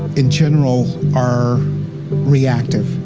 in general, are reactive.